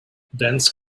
dense